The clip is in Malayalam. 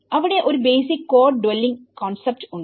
അവിടെ ഒരു ബേസിക് കോഡ് ഡ്വെല്ലിംഗ് കോൺസെപ്റ്റ് ഉണ്ട്